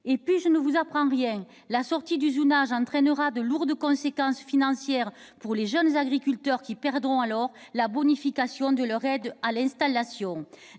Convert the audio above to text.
80 kilomètres. Par ailleurs, la sortie du zonage entraînera de lourdes conséquences financières pour les jeunes agriculteurs, qui perdront alors la bonification de leur aide à l'installation.